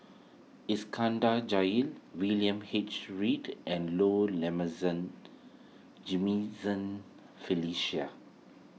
Iskandar Jalil William H Read and Low Felicia